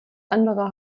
andere